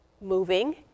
moving